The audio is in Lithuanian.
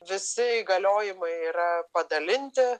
visi įgaliojimai yra padalinti